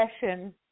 session